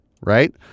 right